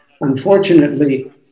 unfortunately